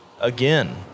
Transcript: again